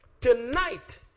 Tonight